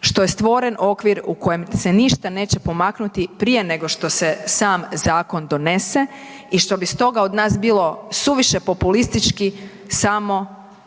što je stvoren okvir u kojem se ništa neće pomaknuti prije nego što se sam zakon donese i što bi stoga od nas bilo suviše populistički samo